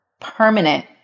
permanent